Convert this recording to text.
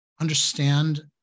understand